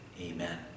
amen